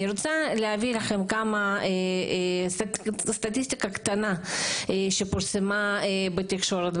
אני רוצה להביא לכם כמה סטטיסטיקות קטנות שפורסמו בתקשורת,